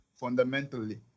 fundamentally